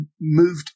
moved